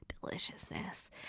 deliciousness